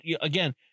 Again